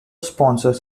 sponsors